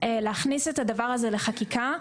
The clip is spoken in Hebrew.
להכניס את זה לחקיקה.